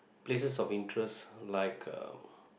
places of interest like uh